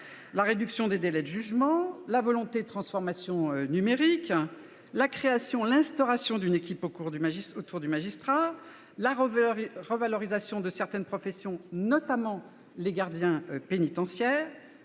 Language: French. la réduction des délais de jugement, la volonté de transformation numérique, l'instauration d'une équipe autour du magistrat, la revalorisation de certaines professions, notamment celle de gardien pénitentiaire,